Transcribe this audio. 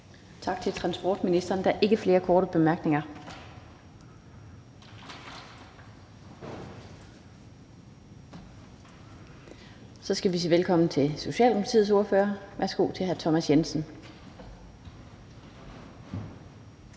Tak til transportministeren. Der er ikke flere korte bemærkninger. Så skal vi sige velkommen til Socialdemokratiets ordfører. Værsgo til hr. Thomas Jensen.